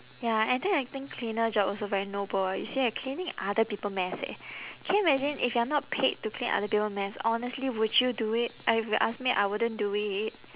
ya and then I think cleaner job also very noble eh you see you're cleaning other people mess eh can you imagine if you are not paid to clean other people mess honestly would you do it I if you ask me I wouldn't do it